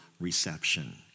reception